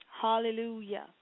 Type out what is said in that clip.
Hallelujah